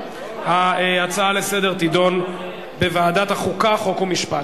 ההצעה לסדר-היום תידון בוועדת החוקה, חוק ומשפט.